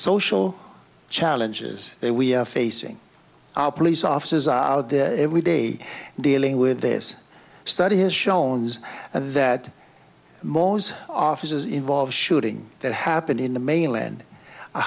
social challenges that we are facing our police officers are every day dealing with this study has shown that most officers involved shooting that happened in the mainland a